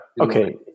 Okay